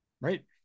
Right